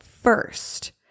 first